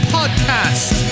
Podcast